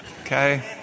okay